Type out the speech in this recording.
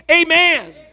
Amen